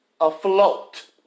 afloat